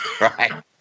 right